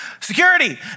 Security